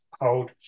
hold